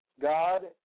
God